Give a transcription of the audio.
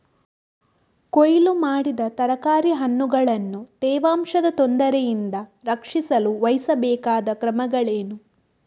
ಕೊಯ್ಲು ಮಾಡಿದ ತರಕಾರಿ ಹಣ್ಣುಗಳನ್ನು ತೇವಾಂಶದ ತೊಂದರೆಯಿಂದ ರಕ್ಷಿಸಲು ವಹಿಸಬೇಕಾದ ಕ್ರಮಗಳೇನು?